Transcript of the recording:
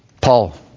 Paul